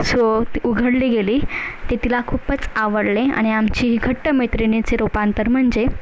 सोत उघडली गेली ते तिला खूपच आवडले आणि आमची ही घट्ट मैत्रिणीचे रुपांतर म्हणजे